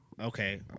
okay